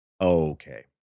Okay